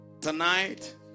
tonight